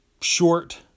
short